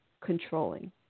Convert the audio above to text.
controlling